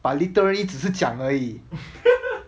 but literally 只是讲而已